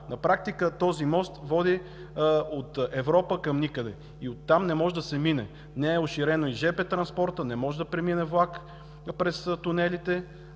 На практика този мост води от Европа към никъде. От там не може да се мине. Не е оширен и жп транспортът, не може да премине влак през тунелите,